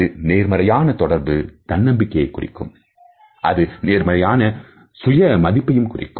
ஒரு நேர்மறையான தொடர்பு தன்னம்பிக்கையை குறிக்கும் அது நேர்மறையான சுய மதிப்பையும் குறிக்கும்